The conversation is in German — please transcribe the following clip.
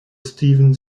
steven